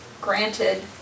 granted